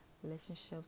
Relationships